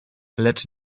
lecz